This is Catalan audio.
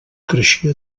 creixia